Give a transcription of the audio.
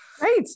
right